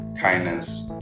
Kindness